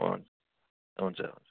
हुन्छ हुन्छ